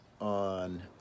on